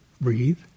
breathe